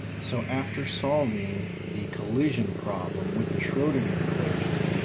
so after solving the collision problem with the schrodinger equation,